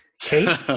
Kate